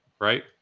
right